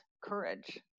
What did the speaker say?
courage